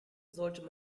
sollte